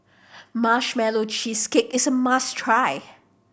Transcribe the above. Marshmallow Cheesecake is a must try